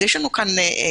יש לנו בעיה,